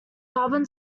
carbon